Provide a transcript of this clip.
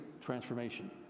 transformation